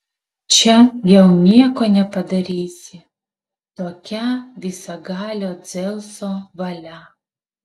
čia jau nieko nepadarysi tokia visagalio dzeuso valia